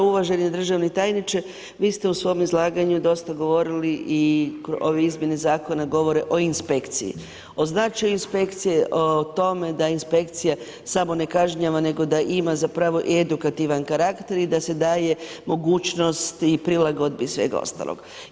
Uvaženi državni tajniče vi ste u svom izlaganju dosta govorili i ove izmjene zakona govore o inspekciji, o značaju inspekcije, o tome da inspekcija samo ne kažnjava nego da ima zapravo i edukativan karakter i da se daje mogućnost prilagodbi svega ostaloga.